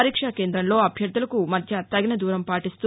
పరీక్ష కేంద్రంలో అభ్యర్థులకు మధ్య తగిన దూరం పాటిస్తూ